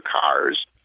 cars